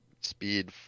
speed